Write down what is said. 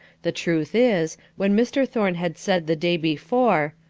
the truth is, when mr. thorne had said the day before,